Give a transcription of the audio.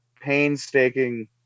painstaking